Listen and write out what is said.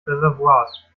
reservoirs